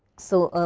so,